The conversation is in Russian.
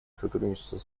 сотрудничество